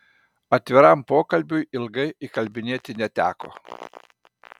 atviram pokalbiui ilgai įkalbinėti neteko